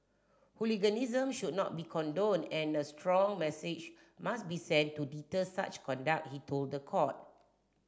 hooliganism should not be condoned and a strong message must be sent to deter such conduct he told the court